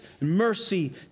mercy